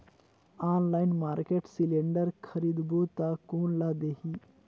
Online market cylinder खरीदबो ता कोन ला देही?